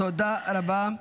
תודה רבה.